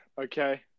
okay